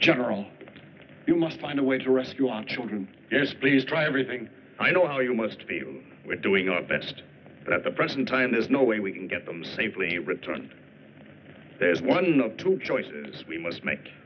general you must find a way to rescue our children yes please try everything i know how you must be we're doing our best at the present time there's no way we can get them safely returned there's one of two choices we must make